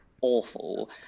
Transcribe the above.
awful